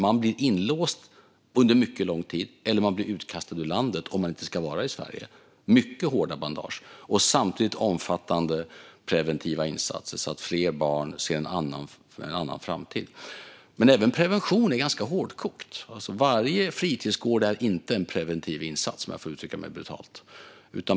Man blir inlåst under mycket lång tid, eller man blir utkastad ur landet, om man inte ska vara i Sverige - mycket hårda bandage. Samtidigt ska vi göra omfattande preventiva insatser så att fler barn ser en annan framtid. Men även prevention är ganska hårdkokt. Varje fritidsgård är inte en preventiv insats, om jag får uttrycka mig brutalt.